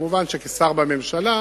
כמובן, כשר בממשלה